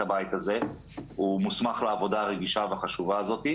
הבית הזה הוא מוסמך לעבודה הרגישה והחשובה הזאת.